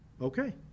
okay